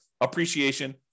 appreciation